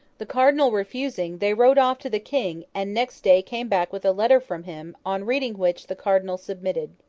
the cardinal refusing, they rode off to the king and next day came back with a letter from him, on reading which, the cardinal submitted.